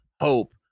hope